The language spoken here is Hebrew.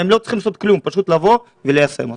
הם לא צריכים לעשות כלום, פשוט ליישם אותה.